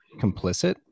complicit